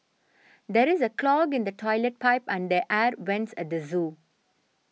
there is a clog in the Toilet Pipe and the Air Vents at the zoo